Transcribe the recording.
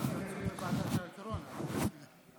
אנחנו מדברים פה על האפשרות להיות